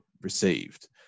received